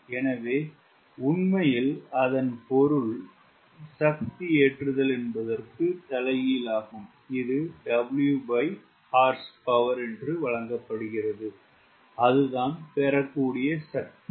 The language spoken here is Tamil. எனவே உண்மையில் பொருள் சக்தி ஏற்றுதல் என்பதற்கு தலைகீழ் ஆகும் இது Whp என்று வழங்கப்படுகிறது அதுதான் பெறக்கூடிய சக்தி